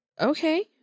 Okay